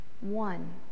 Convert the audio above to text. one